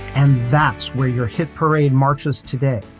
and that's where your hit parade marches today.